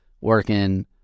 working